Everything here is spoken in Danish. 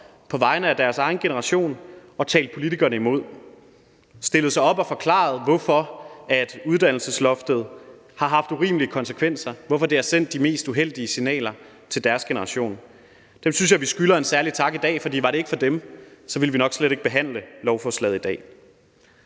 på vegne af deres egen generation og talt politikerne imod. De har stillet sig op og forklaret, hvorfor uddannelsesloftet har haft urimelige konsekvenser, hvorfor det har sendt de mest uheldige signaler til deres generation. Dem synes jeg vi skylder en særlig tak i dag, for var det ikke for dem, ville vi nok slet ikke behandle lovforslaget i dag.